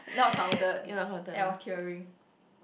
not counted that was tearing